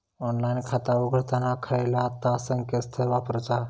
Online खाता उघडताना खयला ता संकेतस्थळ वापरूचा?